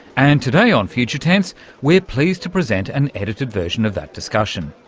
and today on future tense we're pleased to present an edited version of that discussion.